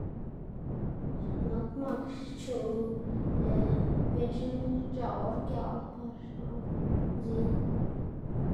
Nak mak xchuꞌ, lëꞌ biꞌchna xc̲h̲aꞌ or giaꞌl par xnaꞌs mzin.